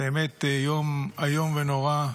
באמת יום איום ונורא,